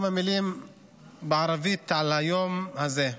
כמה מילים בערבית על היום הזה.